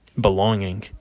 belonging